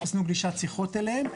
עשינו פגישת שיחות אליהם,